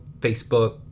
Facebook